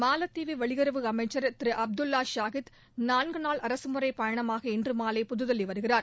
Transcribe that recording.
மாலத்தீவு வெளியுறவு அமைச்சா் திரு அப்துல்லா ஷாகித் நான்கு நாள் அரகமுறைப் பயணமாக இன்று மாலை புதுதில்லி வருகிறார்